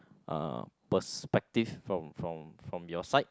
uh perspective from from from your side